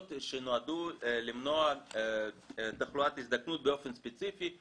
שנועדו למנוע תחלואת הזדקנות באופן ספציפי,